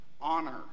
honor